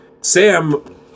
Sam